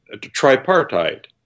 tripartite